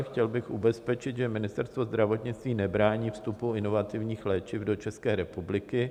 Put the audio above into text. Chtěl bych ubezpečit, že Ministerstvo zdravotnictví nebrání vstupu inovativních léčiv do České republiky.